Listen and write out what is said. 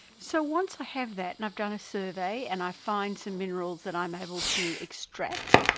so once i have that and i've done a survey and i find some minerals that i'm able to extract,